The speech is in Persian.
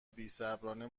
بیصبرانه